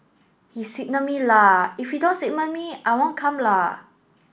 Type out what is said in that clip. he signal me la if he don't signal me I won't come la